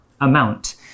amount